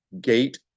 gate